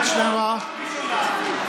פעם ראשונה,